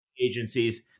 agencies